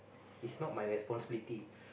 it's not my responsibility